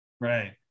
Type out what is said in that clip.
Right